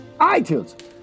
iTunes